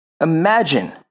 Imagine